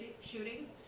shootings